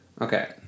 Okay